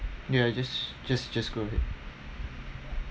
ya just just just go ahead